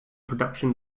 production